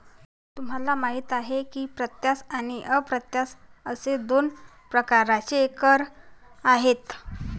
तुम्हाला माहिती आहे की प्रत्यक्ष आणि अप्रत्यक्ष असे दोन प्रकारचे कर आहेत